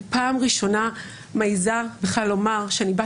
אני פעם ראשונה מעיזה בכלל לומר שאני בת